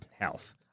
health